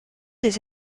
des